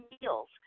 meals